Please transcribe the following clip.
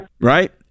Right